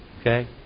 Okay